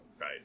Right